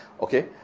okay